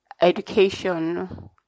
Education